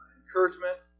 encouragement